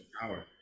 power